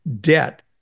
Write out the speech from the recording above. debt